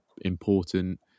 important